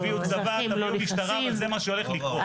תביאו צבא, תביאו משטרה, אבל זה מה שהולך לקרות.